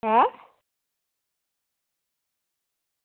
ऐं